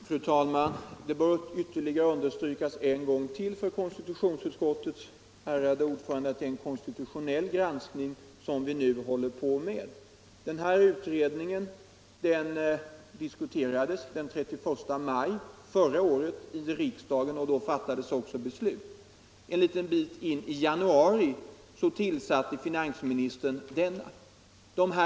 Fru talman! Det bör ytterligare understrykas för konstitutionsutskottets ärade ordförande att det är en konstitutionell granskning vi nu håller på med. Utredningen diskuterades den 31 maj förra året i riksdagen, och då fattades också beslut. En bit in i januari tillsatte finansministern utredningen.